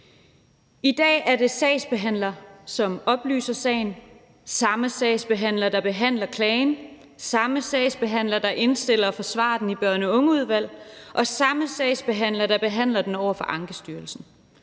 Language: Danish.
I dag er det sagsbehandler, som oplyser sagen, og det er samme sagsbehandler, der behandler klagen, samme sagsbehandler, der indstiller og forsvarer den i børn og unge-udvalg, og det er samme sagsbehandler, der behandler den over for Ankestyrelsen.